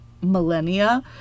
millennia